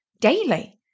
daily